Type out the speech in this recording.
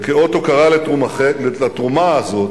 וכאות הוקרה לתרומה הזאת,